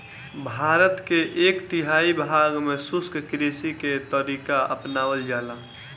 भारत के एक तिहाई भाग में शुष्क कृषि के तरीका अपनावल जाला